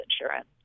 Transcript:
insurance